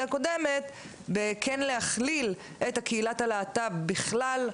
הקודמת בכן להכליל את קהילת הלהט"ב בכלל,